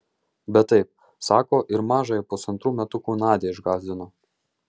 bet taip sako ir mažąją pusantrų metukų nadią išgąsdino